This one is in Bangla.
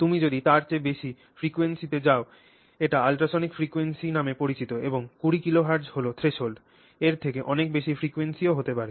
তুমি যদি তার চেয়ে বেশি ফ্রিকোয়েন্সিতে যাও সেটা আল্ট্রাসনিক ফ্রিকোয়েন্সি নামে পরিচিত এবং 20 কিলো হার্টজ হল threshold এর থেকে অনেক বেশি ফ্রিকোয়েন্সিও হতে পারে